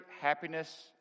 happiness